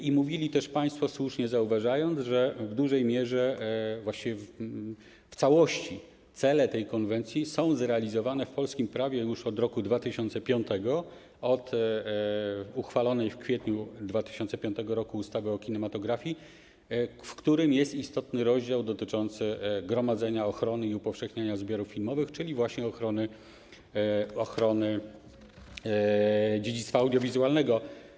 I mówili też państwo, słusznie zauważając, że w dużej mierze, właściwie w całości cele tej konwencji są zrealizowane w polskim prawie już od roku 2005, od uchwalonej w kwietniu 2005 ustawy o kinematografii, w której jest istotny rozdział dotyczący gromadzenia, ochrony i upowszechniania zbiorów filmowych, czyli właśnie ochrony dziedzictwa audiowizualnego.